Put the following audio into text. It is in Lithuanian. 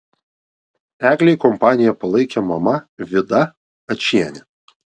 eglei kompaniją palaikė mama vida ačienė